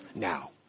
Now